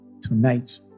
Tonight